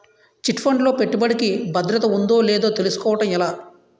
Chit fund లో పెట్టుబడికి భద్రత ఉందో లేదో తెలుసుకోవటం ఎలా?